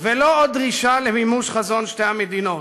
ולא עוד דרישה למימוש חזון שתי המדינות,